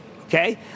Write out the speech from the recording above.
Okay